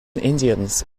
indians